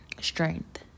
strength